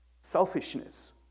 Selfishness